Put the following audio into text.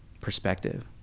perspective